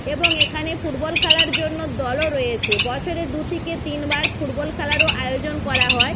এবং এখানে ফুটবল খেলার জন্য দলও রয়েছে বছরে দু থেকে তিনবার ফুটবল খেলারও আয়োজন করা হয়